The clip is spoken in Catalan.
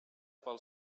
pel